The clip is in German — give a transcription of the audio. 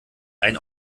ein